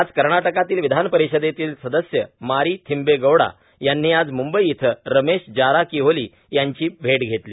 आज कर्नाटकातील विधान परिषदेतील सदस्य मारी थिब्बे गौंडा यांनी आज मुंबई इथं रमेश जाराकिहोली यांची भेट घेतली